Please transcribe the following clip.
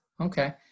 Okay